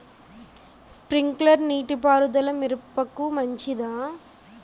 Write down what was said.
Sprinkler నీటిపారుదల మిరపకు మంచిదా?